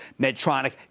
Medtronic